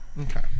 okay